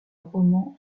roman